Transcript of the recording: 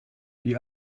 die